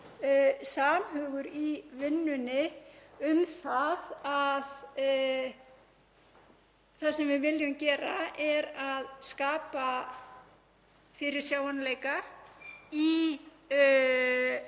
samhugur í vinnunni um að það sem við viljum gera er að skapa fyrirsjáanleika í aðstæðum